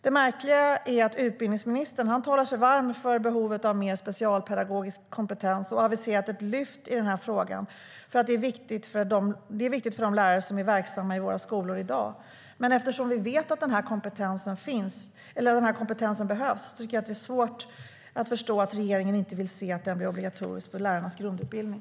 Det märkliga är att utbildningsministern talat sig varm för behovet av mer specialpedagogisk kompetens. Han har också aviserat ett "lyft" i frågan. Det är viktigt för de lärare som är verksamma i våra skolor i dag. Men eftersom vi vet att denna kompetens behövs tycker jag att det är svårt att förstå att regeringen inte vill se till att den blir obligatorisk i lärarnas grundutbildning.